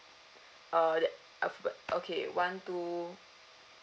uh that alphabet okay one two